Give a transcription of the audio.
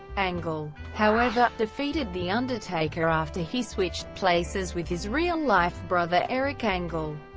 angle, however, defeated the undertaker after he switched places with his real life brother, eric angle.